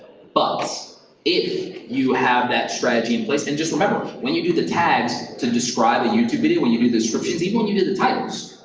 but if you have that strategy in place, then and just remember, when you do the tags to describe the youtube video, when you do the descriptions, even when you did the titles,